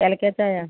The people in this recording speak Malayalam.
ഏലയക്ക ചായ